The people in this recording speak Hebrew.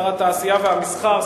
שר התעשייה והמסחר,